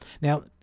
Now